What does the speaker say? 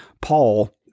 Paul